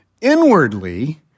inwardly